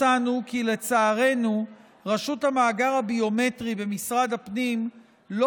מצאנו כי לצערנו רשות המאגר הביומטרי במשרד הפנים לא